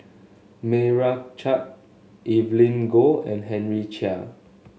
Meira Chand Evelyn Goh and Henry Chia